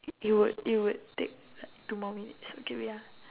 it would it would take two more minutes okay wait ah